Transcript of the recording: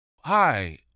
Hi